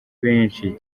benshi